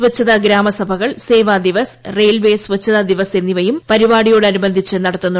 സ്വച്ഛതാ ഗ്രാമസഭകൾ ് സ്റ്റ്വാ് ദിവസ് റെയിൽവേ സ്വച്ഛതാ ദിവസ് എന്നിവയും പരിപ്പിടിയോട് അനുബന്ധിച്ച് നടത്തും